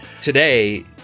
Today